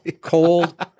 cold